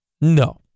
No